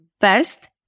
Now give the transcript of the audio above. first